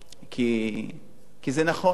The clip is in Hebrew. כי זה נכון, מה לעשות.